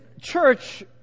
church